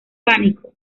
pánico